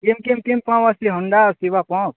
किं किं किं भोः अस्ति होण्डा अस्ति वा भोः